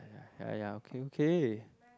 !aiya! okay okay